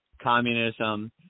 Communism